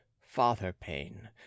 father-pain